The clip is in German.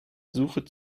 suche